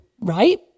right